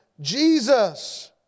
Jesus